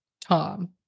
Tom